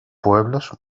pueblos